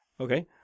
Okay